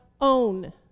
own